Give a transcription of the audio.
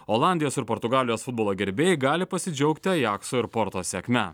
olandijos ir portugalijos futbolo gerbėjai gali pasidžiaugti ajakso ir porto sėkme